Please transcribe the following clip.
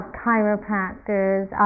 chiropractors